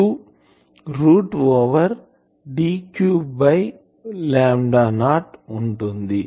62 root over D3 by 0 ఉంటుంది